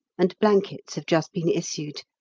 and blankets have just been issued.